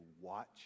watch